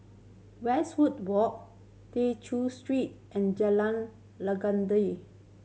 Westwood Walk Tew Chew Street and Jalan Legundi